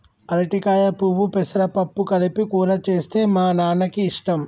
అరటికాయ పువ్వు పెసరపప్పు కలిపి కూర చేస్తే మా నాన్నకి ఇష్టం